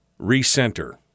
recenter